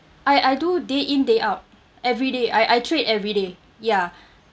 I I do day in day out everyday I I trade every day ya